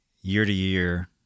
year-to-year